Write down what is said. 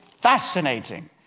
fascinating